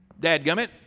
Dadgummit